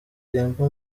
temple